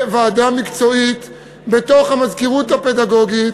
ועדה מקצועית בתוך המזכירות הפדגוגית,